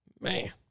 man